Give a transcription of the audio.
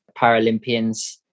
Paralympians